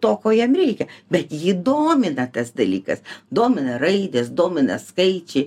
to ko jam reikia bet jį domina tas dalykas domina raidės domina skaičiai